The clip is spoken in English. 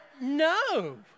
no